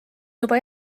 juba